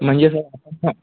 म्हनजे सर ह्म